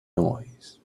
noise